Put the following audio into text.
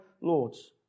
Lords